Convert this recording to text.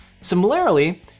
Similarly